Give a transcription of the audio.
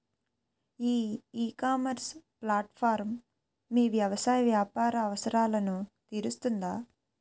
ఈ ecommerce platform మీ వ్యవసాయ వ్యాపార అవసరాలను తీరుస్తుందా?